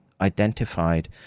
identified